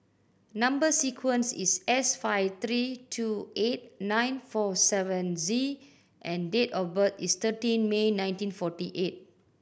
number sequence is S five three two eight nine four seven Z and date of birth is thirteen May nineteen forty eight